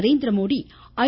Narendra Modi ஐ